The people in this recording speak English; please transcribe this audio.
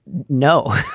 no.